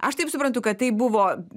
aš taip suprantu kad tai buvo